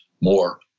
more